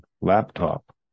laptop